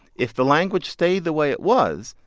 if the language stayed the way it was,